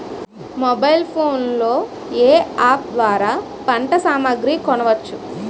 Mobile phone లో ఏ app ద్వారా పంట సామాగ్రి కొనచ్చు?